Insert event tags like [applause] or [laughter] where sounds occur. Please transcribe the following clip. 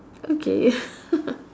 okay [laughs]